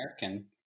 American